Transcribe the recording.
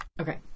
Okay